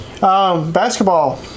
basketball